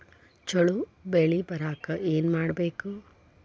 ಛಲೋ ಬೆಳಿ ಬರಾಕ ಏನ್ ಮಾಡ್ಬೇಕ್?